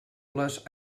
les